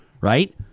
right